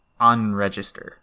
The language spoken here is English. unregister